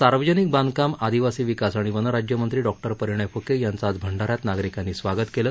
सार्वजनिक बांधकाम आदिवासी विकास आणि वनं राज्यमंत्री डॉक्टर परिणय फुके यांचं आज भंडा यात नागरिकांनी स्वागत केलं